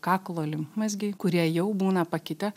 kaklo limfmazgiai kurie jau būna pakitę